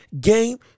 game